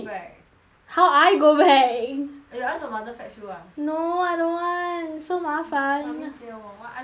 how I go back you ask your mother fetch you lah no I don't want so 麻烦 mummy 接我 I no umbrella eh